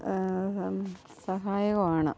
സഹായകമാണ്